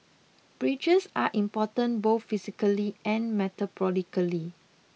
bridges are important both physically and metaphorically